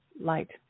light